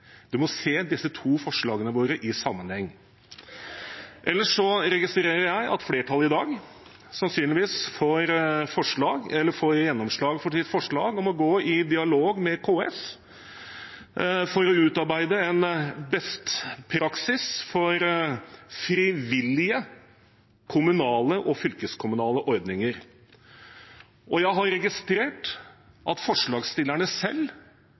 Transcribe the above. må se disse to forslagene våre i sammenheng. Ellers registrerer jeg at flertallet i dag sannsynligvis får gjennomslag for sitt forslag om å gå i dialog med KS for å utarbeide en beste praksis for frivillige kommunale og fylkeskommunale ordninger. Jeg har registrert at forslagsstillerne selv